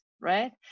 right